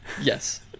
Yes